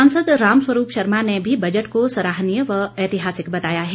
सांसद रामस्वरूप शर्मा ने भी बजट को सराहनीय व ऐतिहासिक बताया है